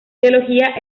teología